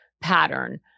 pattern